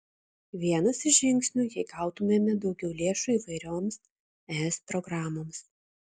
vienas iš žingsnių jei gautumėme daugiau lėšų įvairioms es programoms